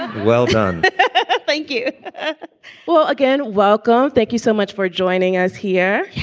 well done thank you well, again, welcome. thank you so much for joining us here.